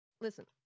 listen